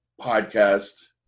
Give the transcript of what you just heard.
podcast